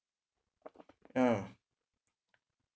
yeah